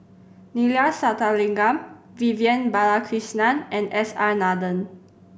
Neila Sathyalingam Vivian Balakrishnan and S R Nathan